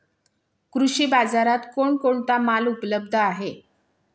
कृषी बाजारात कोण कोणता माल उपलब्ध आहे?